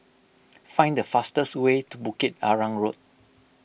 find the fastest way to Bukit Arang Road